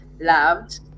loved